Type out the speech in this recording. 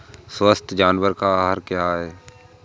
स्वस्थ जानवर का आहार क्या है?